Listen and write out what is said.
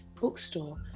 bookstore